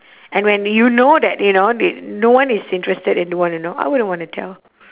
and when you know that you know no one is interested and don't want to know I wouldn't want to tell